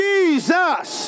Jesus